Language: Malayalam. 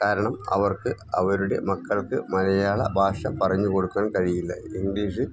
കാരണം അവർക്ക് അവരുടെ മക്കൾക്ക് മലയാള ഭാഷ പറഞ്ഞു കൊടുക്കാൻ കഴിയില്ല ഇംഗ്ലീഷ്